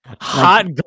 hot